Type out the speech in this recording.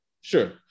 Sure